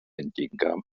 entgegenkam